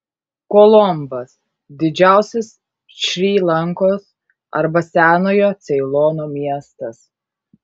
kolombas didžiausias šri lankos arba senojo ceilono miestas